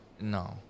no